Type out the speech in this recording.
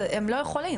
הם לא יכולים.